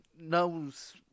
knows